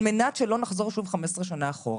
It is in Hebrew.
על מנת שלא נחזור שוב 15 שנה אחורה.